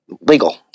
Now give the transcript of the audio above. legal